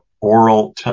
oral